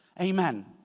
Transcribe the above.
amen